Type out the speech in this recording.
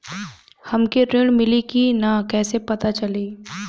हमके ऋण मिली कि ना कैसे पता चली?